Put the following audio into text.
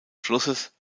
flusses